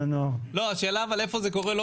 ש --- השאלה היא איפה זה קורה לא